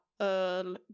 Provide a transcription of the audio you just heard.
earl